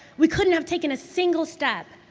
we couldn't have taken a single step.